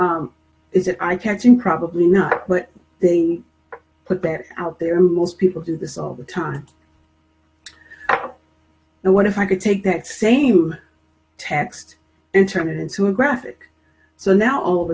e is it i catch him probably not but they put that out there most people do this all the time now what if i could take that same text and turn it into a graphic so now all of